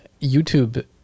youtube